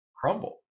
crumble